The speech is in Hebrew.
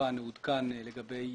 וכמובן הוא עודכן לגבי